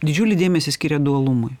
didžiulį dėmesį skiria dualumui